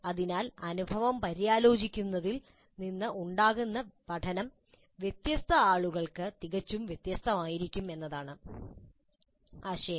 അതിനാൽ അനുഭവം പര്യാലോചിക്കുന്നതിൽ നിന്ന് ഉണ്ടാകുന്ന പഠനം വ്യത്യസ്ത ആളുകൾക്ക് തികച്ചും വ്യത്യസ്തമായിരിക്കും എന്നതാണ് ആശയം